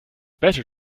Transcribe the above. better